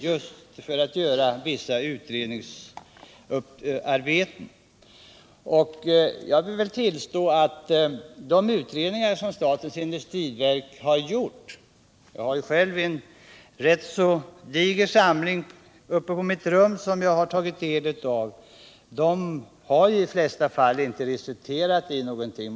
Det gäller vissa utredningsarbeten. Jag måste tillstå att de utredningar som Statens industriverk har gjort — själv har jag en rätt diger samling uppe på mitt rum, vilken jag tagit del av — har i de flesta fall inte resulterat i någonting.